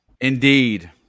indeed